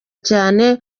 cyane